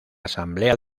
asamblea